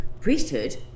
priesthood